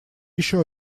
еще